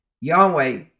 Yahweh